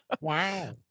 Wow